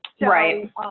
Right